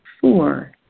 Four